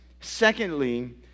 secondly